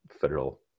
federal